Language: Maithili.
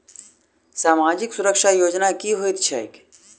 सामाजिक सुरक्षा योजना की होइत छैक?